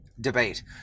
debate